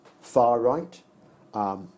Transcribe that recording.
far-right